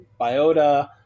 biota